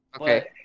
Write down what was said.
Okay